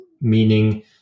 meaning